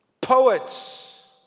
poets